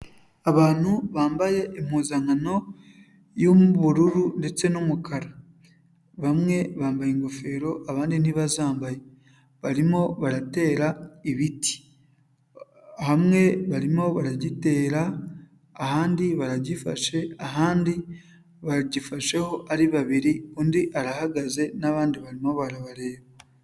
Abantu bambaye impuzankano y'ubururu ndetse n'umukara, bamwe bambaye ingofero, abandi ntibazambaye, barimo baratera ibiti. Hamwe barimo baragitera, ahandi baragifashe, ahandi bagifasheho ari babiri, undi arahagaze n'abandi barimo barabareba.